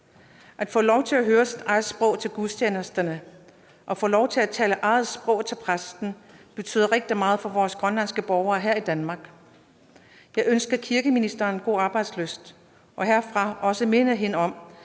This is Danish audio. At få lov til at høre sit eget sprog til gudstjenesterne og at få lov til at tale sit eget sprog med præsten betyder rigtig meget for de grønlandske borgere her i Danmark. Jeg ønsker kirkeministeren god arbejdslyst – og jeg vil herfra også minde hende om,